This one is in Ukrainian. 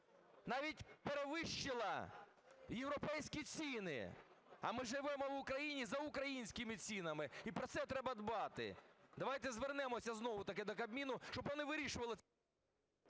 Навіть перевищала європейські ціни. А ми живемо в Україні за українськими цінами, і про це треба дбати. Давайте звернемося знову таки до Кабміну, щоб вони вирішували це…